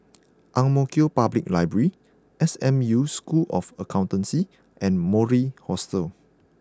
Ang Mo Kio Public Library S M U School of Accountancy and Mori Hostel